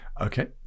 Okay